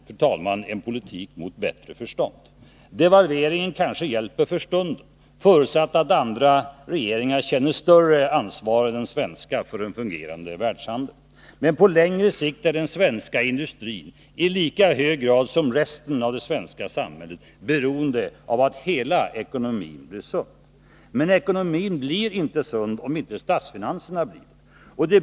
Detta är en politik mot bättre förstånd. Devalveringen kanske hjälper för stunden, förutsatt att andra regeringar känner större ansvar än den svenska för en fungerande världshandel. Men på längre sikt är den svenska industrin i lika hög grad som resten av det svenska samhället beroende av att hela ekonomin blir sund. Ekonomin blir emellertid inte sund, om inte statsfinanserna blir det.